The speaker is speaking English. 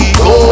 go